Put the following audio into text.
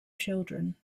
children